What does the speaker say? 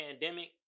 pandemic